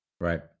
Right